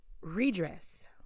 Redress